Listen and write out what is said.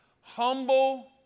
Humble